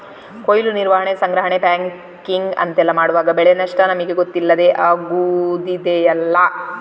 ಕೊಯ್ಲು, ನಿರ್ವಹಣೆ, ಸಂಗ್ರಹಣೆ, ಪ್ಯಾಕಿಂಗ್ ಅಂತೆಲ್ಲ ಮಾಡುವಾಗ ಬೆಳೆ ನಷ್ಟ ನಮಿಗೆ ಗೊತ್ತಿಲ್ಲದೇ ಆಗುದಿದೆಯಲ್ಲ